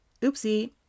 Oopsie